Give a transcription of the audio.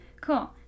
Cool